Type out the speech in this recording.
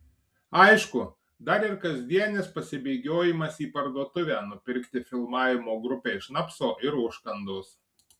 aišku dar ir kasdienis pasibėgiojimas į parduotuvę nupirkti filmavimo grupei šnapso ir užkandos